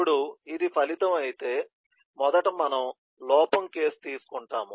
ఇప్పుడు ఇది ఫలితం అయితే మొదట మనం లోపం కేసు తీసుకుంటాం